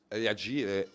reagire